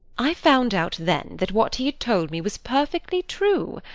i found out then that what he had told me was perfectly true.